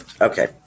Okay